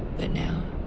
but now.